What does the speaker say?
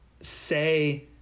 say